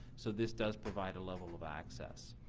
so this does provide a level of access.